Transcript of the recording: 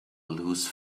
lose